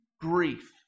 grief